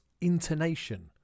intonation